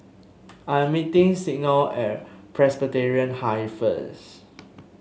I'm meeting Signe at Presbyterian High first